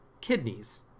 kidneys